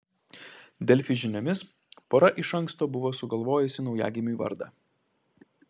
delfi žiniomis pora iš anksto buvo sugalvojusi naujagimiui vardą